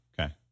Okay